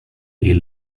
est